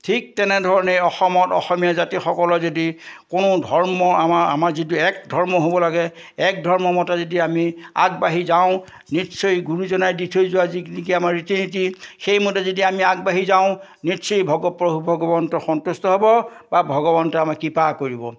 ঠিক তেনেধৰণে অসমত অসমীয়া জাতিসকলৰ যদি কোনো ধৰ্ম আমাৰ আমাৰ যিটো এক ধৰ্ম হ'ব লাগে এক ধৰ্ম মতে যদি আমি আগবাঢ়ি যাওঁ নিশ্চয় গুৰুজনাই দি থৈ যোৱা যিখিনি নেকি আমাৰ ৰীতি নীতি সেইমতে যদি আমি আগবাঢ়ি যাওঁ নিশ্চয় ভগ প্ৰভূ ভগৱন্ত সন্তুষ্ট হ'ব বা ভগৱন্তই আমাক কৃপা কৰিব